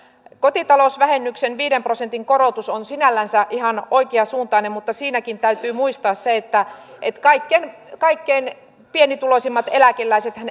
kotitalousvähennyksen viiden prosentin korotus on sinällänsä ihan oikeansuuntainen mutta siinäkin täytyy muistaa esimerkiksi se että että kaikkein pienituloisimmat eläkeläisethän